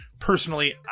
Personally